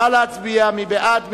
נא להצביע, מי בעד?